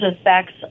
effects